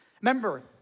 Remember